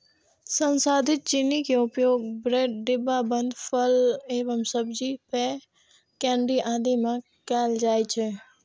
संसाधित चीनी के उपयोग ब्रेड, डिब्बाबंद फल एवं सब्जी, पेय, केंडी आदि मे कैल जाइ छै